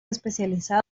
especializados